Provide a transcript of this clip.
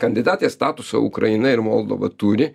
kandidatės statusą ukraina ir moldova turi